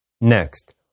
Next